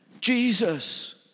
Jesus